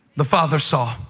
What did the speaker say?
the father saw.